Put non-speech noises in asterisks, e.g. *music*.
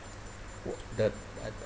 *noise* the uh